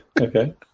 Okay